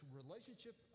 relationship